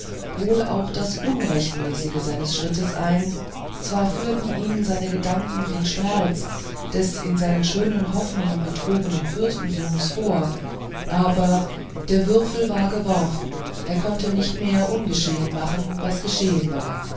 wohl auch das unrechtmäßige seines schrittes ein zwar führten ihm seine gedanken den schmerz des in seinen schönen hoffnungen betrogenen fürstensohnes vor aber der würfel war geworfen er konnte nicht mehr ungeschehen machen was geschehen war